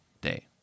day